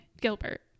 gilbert